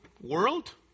world